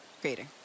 Creator